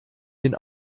den